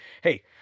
Hey